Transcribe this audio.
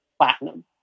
platinum